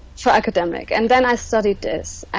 for academic and then i studied this